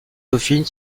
dauphine